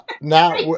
Now